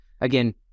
Again